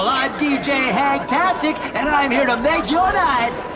hanktastic, and i'm here to make your night